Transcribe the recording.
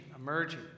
emerging